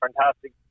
fantastic